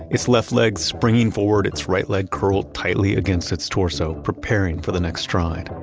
it's left leg springing forward, it's right leg curled tightly against it's torso, preparing for the next stride.